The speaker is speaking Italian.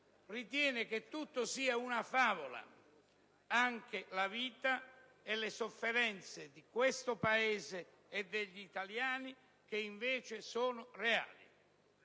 ritiene che tutto sia una favola, anche la vita e le sofferenze di questo Paese e degli italiani, che invece sono reali.